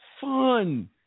fun